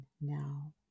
now